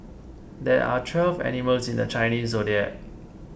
there are twelve animals in the Chinese zodiac